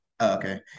Okay